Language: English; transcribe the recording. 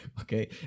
okay